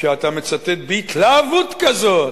כשאתה מצטט בהתלהבות כזאת,